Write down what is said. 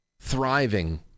Thriving